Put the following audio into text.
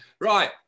right